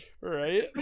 Right